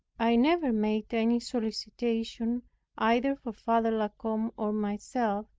i never made any solicitation either for father la combe or myself,